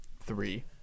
three